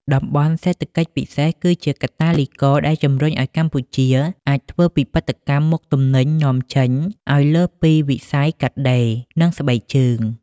តំបន់សេដ្ឋកិច្ចពិសេស គឺជាកាតាលីករដែលជំរុញឱ្យកម្ពុជាអាចធ្វើពិពិធកម្មមុខទំនិញនាំចេញ ឱ្យលើសពីវិស័យកាត់ដេរ និងស្បែកជើង។